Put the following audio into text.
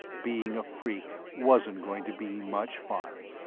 being a freak wasn't going to be much fun.